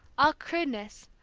all crudeness,